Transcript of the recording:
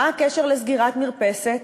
מה הקשר לסגירת מרפסת?